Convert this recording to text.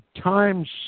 times